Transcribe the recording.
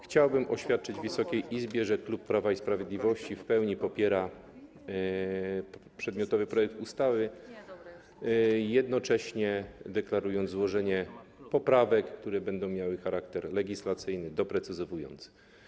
Chciałbym oświadczyć Wysokiej Izbie, że klub Prawa i Sprawiedliwości w pełni popiera przedmiotowy projekt ustawy, jednocześnie deklarując złożenie poprawek, które będą miały charakter legislacyjny, doprecyzowujący.